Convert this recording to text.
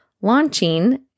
launching